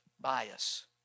bias